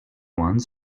ones